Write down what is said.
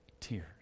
tears